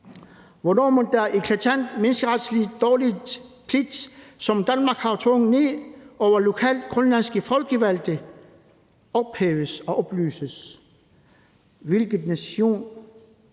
Hvornår mon den eklatant menneskeretligt dårlige pligt, som Danmark har tvunget ned over lokalt grønlandske folkevalgte, ophæves og opløses? Enhver nation